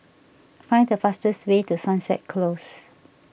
find the fastest way to Sunset Close